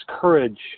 courage